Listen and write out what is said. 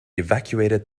evacuated